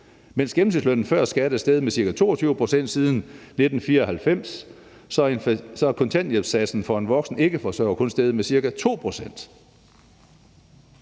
Mens gennemsnitslønnen før skat er steget med ca. 22 pct. siden 1994 ..., så er kontanthjælpssatsen for en voksen ikke-forsørger kun steget med ca. 2 pct.«